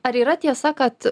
ar yra tiesa kad